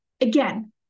Again